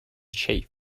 shave